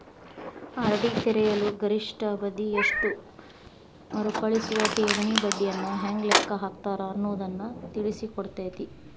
RD ತೆರೆಯಲು ಗರಿಷ್ಠ ಅವಧಿ ಎಷ್ಟು ಮರುಕಳಿಸುವ ಠೇವಣಿ ಬಡ್ಡಿಯನ್ನ ಹೆಂಗ ಲೆಕ್ಕ ಹಾಕ್ತಾರ ಅನ್ನುದನ್ನ ತಿಳಿಸಿಕೊಡ್ತತಿ